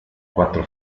quattro